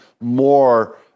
more